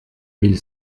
mille